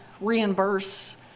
reimburse